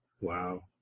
Wow